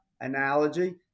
analogy